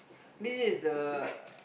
this is the